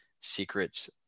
Secrets